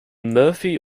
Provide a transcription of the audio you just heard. murphy